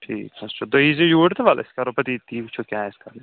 ٹھیٖک حظ چھُ تُہۍ یی زیٚو یوٗرۍ تہٕ ولہٕ أسۍ کرو پَتہٕ ییٚتی وُچھو کیٛاہ آسہِ کَرُن